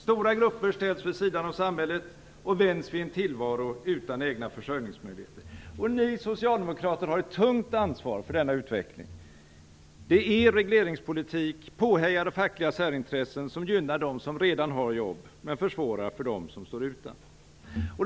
Stora grupper ställs vid sidan av samhället och vänjs vid en tillvaro utan egna försörjningsmöjligheter. Ni socialdemokrater har ett tungt ansvar för denna utveckling. Det är er regleringspolitik, påhejad av fackliga särintressen, som gynnar dem som redan har jobb men försvårar för dem som står utan jobb.